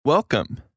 Welcome